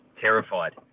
terrified